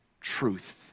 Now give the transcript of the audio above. truth